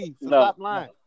no